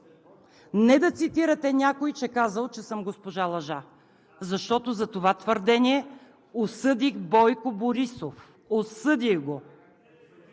Не да цитирате някой, че казал, че съм „госпожа Лъжа“, защото за това твърдение осъдих Бойко Борисов. Осъдих го!